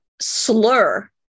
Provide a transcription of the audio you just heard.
slur